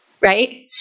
right